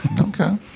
Okay